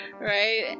right